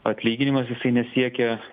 atlyginimas jisai nesiekia